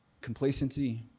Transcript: complacency